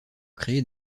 créer